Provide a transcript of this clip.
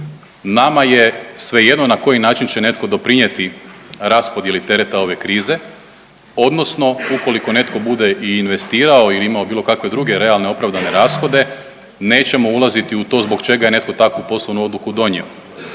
Nama je svejedno na koji način će netko doprinijeti raspodjeli tereta ove krize, odnosno ukoliko netko bude i investirao ili imao bilo kakve druge realne opravdane rashode nećemo ulaziti u to zbog čega je netko takvu polovnu odluku donio.